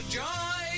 joy